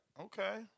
Okay